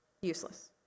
useless